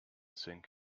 sink